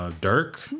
Dirk